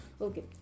okay